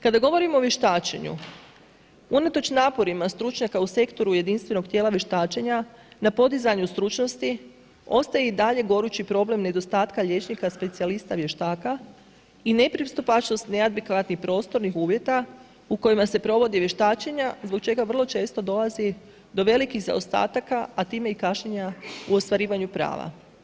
Kada govorimo o vještačenju, unatoč naporima stručnjaka u sektoru jedinstvenog tijela vještačenja, na podizanju stručnosti, ostaje i dalje gorući problem nedostatka liječnika specijalista, vještaka i nepristupačnost neadekvatnih prostornih uvjeta u kojima se provodi vještačenja, zbog čega vrlo često dolazi do velikih zaostataka, a time i kašnjenja u ostvarivanju prava.